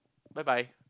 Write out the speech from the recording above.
bye bye